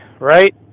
right